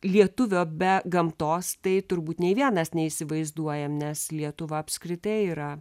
lietuvio be gamtos tai turbūt nei vienas neįsivaizduojam nes lietuva apskritai yra